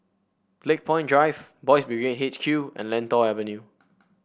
Lakepoint Drive Boys' Brigade H Q and Lentor Avenue